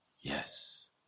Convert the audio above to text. Yes